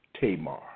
Tamar